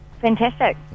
fantastic